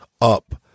up